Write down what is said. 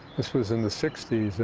this was in the sixty s,